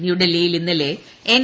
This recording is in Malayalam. ന്യൂഡൽഹിയിൽ ഇന്നലെ എൻ